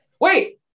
Wait